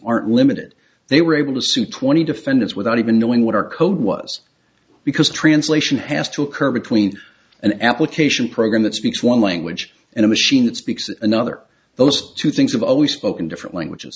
aren't limited they were able to sue twenty defendants without even knowing what our code was because translation has to occur between an application program that speaks one language and a machine that speaks another those two things have always spoken different languages